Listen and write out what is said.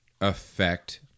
affect